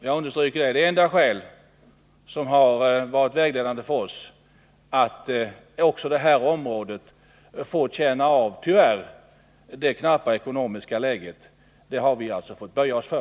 Jag understryker att vägledande för oss har varit att vi också på det här området fått känna av det knappa ekonomiska läget, och det har vi alltså tyvärr måst böja oss för.